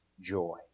joy